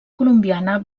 colombiana